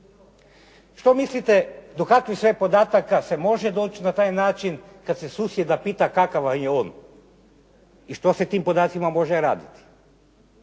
Šta mislite, do kakvih sve podataka se može doći na taj način kad se susjeda pita kakav … /Govornik se ne razumije./ … i što se tim podacima može raditi